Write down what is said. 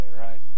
right